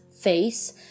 face